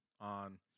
on